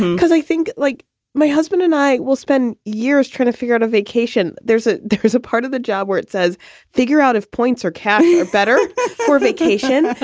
because i think, like my husband and i will spend years trying to figure out a vacation. there's a there's a part of the job where it says figure out if points or cash are better for vacation.